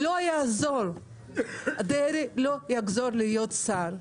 לא יעזור, דרעי לא יחזור להיות שר.